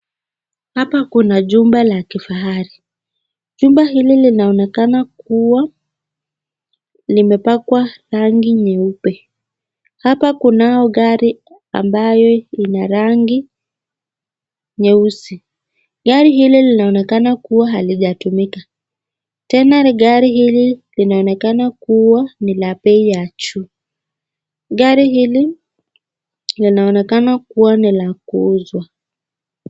Jumba la kifahali ambalo linaonekana kuwa limepakwa rangi nyeupe. Kunayo gari ambayo ina rangi nyeusi ambalo linaonekana halijatumika na linaonekana kuwa ni la bei ya juu na ni la kuuzwa.